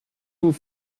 vous